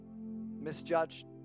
misjudged